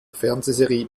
fernsehserie